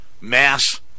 mass